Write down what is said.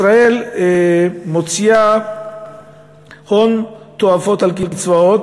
ישראל מוציאה הון תועפות על קצבאות